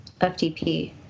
FTP